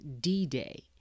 D-Day